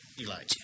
Elijah